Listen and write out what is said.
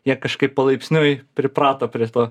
jie kažkaip palaipsniui priprato prie to